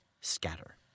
Scatter